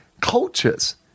cultures